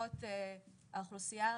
האוכלוסייה הערבית,